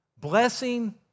blessing